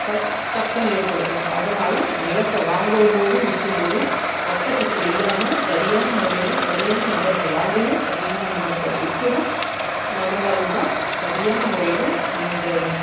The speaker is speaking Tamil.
க கஷ்டம் ஏற்படுத்தும் அதனால் நிலத்தை வாங்கும்போதும் விற்கிம்போதும் சட்டச் சிக்கல் இல்லாமல் சரியான முறையில் சரியான நபர்கிட்ட வாங்கவும் சரியான நபர்கிட்ட விகவும் நடந்தாலுந்தான் சரியான முறையில் இந்த